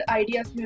ideas